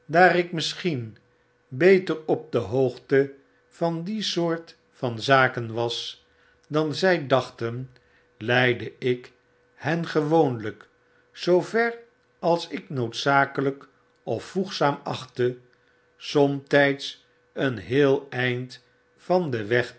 daar ik misschien beter op de hoogte van die soort van zaken was dan zy dachten leidde ik hen gewoonlijk zoo ver als ik noodzakelyk of voegzaam achtte somtyds een heel eind van den weg